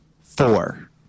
Four